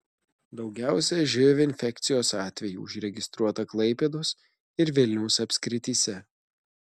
daugiausiai živ infekcijos atvejų užregistruota klaipėdos ir vilniaus apskrityse